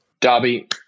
Dobby